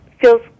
feels